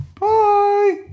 bye